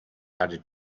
added